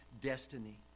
destiny